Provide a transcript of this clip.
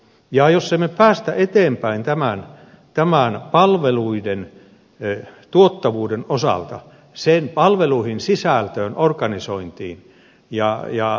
ja jos emme me pääse eteenpäin tämän palveluiden tuottavuuden osalta sen palveluihin sisältöön organisointiin ja niin edelleen